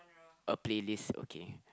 a playlist okay